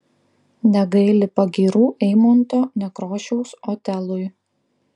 negaili pagyrų eimunto nekrošiaus otelui